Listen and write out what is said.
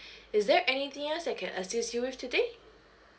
is there anything else I can assist you with today